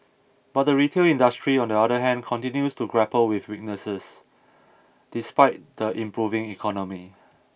but the retail industry on the other hand continues to grapple with weaknesses despite the improving economy